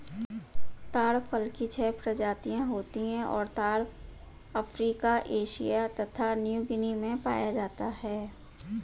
ताड़ फल की छह प्रजातियाँ होती हैं और ताड़ अफ्रीका एशिया तथा न्यूगीनी में पाया जाता है